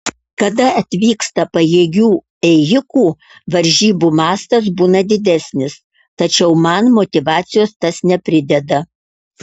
kada atvyksta pajėgių ėjikų varžybų mastas būna didesnis tačiau man motyvacijos tas neprideda